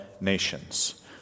nations